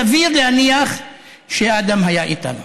סביר להניח שאדם היה איתנו.